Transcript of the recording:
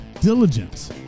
diligence